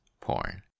porn